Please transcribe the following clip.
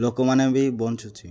ଲୋକମାନେ ବି ବଞ୍ଚୁଛି